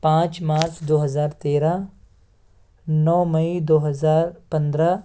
پانچ مارچ دو ہزار تیرہ نو مئی دو ہزار پندرہ